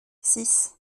six